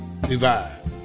divide